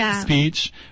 speech